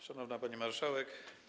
Szanowna Pani Marszałek!